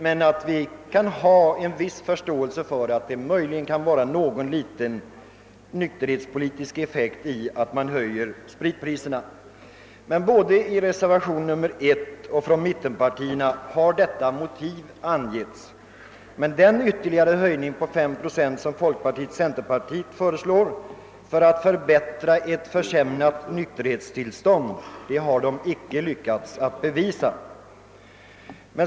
Men vi kan ha en viss förståelse för att det möjligen kan ha någon liten nykterhetspolitisk effekt i att höja spritpriserna. Både i reservation nr 1 och från mittenpartierna har dock detta motiv angetts. Att den ytterligare höjning på fem procent som mittenpartierna föreslår skulle förbättra ett dåligt nykterhetstillstånd har de icke lyckats bevisa.